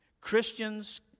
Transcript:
Christians